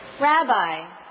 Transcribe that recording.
Rabbi